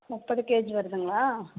முப்பது கேஜி வருதுங்களா